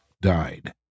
died